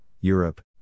Europe